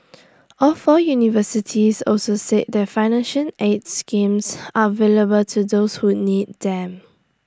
all four universities also said that financial aid schemes available to those who need them